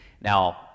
now